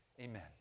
amen